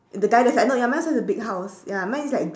the guy that's like ya mine also is a big house ya mine is like